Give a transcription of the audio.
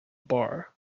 bar